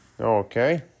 Okay